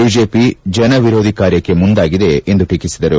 BJP ಜನ ವಿರೋಧಿ ಕಾರ್ಯಕ್ಕೆ ಮುಂದಾಗಿದೆ ಎಂದು ಹೇಳಿದರು